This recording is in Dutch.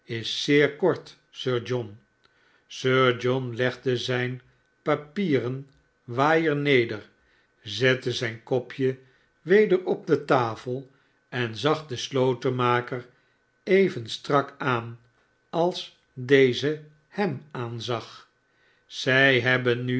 is zeer kort sir john sir john legde zijn papieren waaier neder zette zijn kopje weder op de tafel en zag den slotenmaker even strak aan als deze hem aanzag zij hebben nu